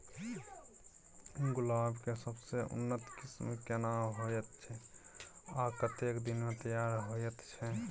गुलाब के सबसे उन्नत किस्म केना होयत छै आ कतेक दिन में तैयार होयत छै?